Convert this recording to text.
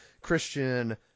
Christian